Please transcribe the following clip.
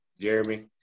Jeremy